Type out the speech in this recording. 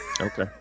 Okay